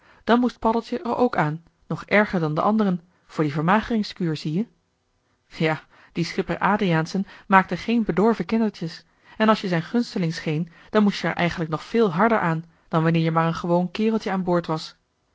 dan moest paddeltje er ook aan nog erger dan de anderen voor die vermageringskuur zie-je ja die schipper adriaensen maakte geen bedorven kindertjes en als je zijn gunsteling scheen dan moest je er eigenlijk nog veel harder aan dan wanneer je maar een gewoon kereltje aan boord was